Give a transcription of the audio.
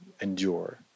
endure